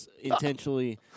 intentionally